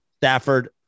Stafford